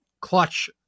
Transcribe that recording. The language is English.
clutch